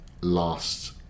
last